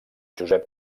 josep